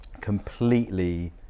completely